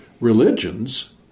religions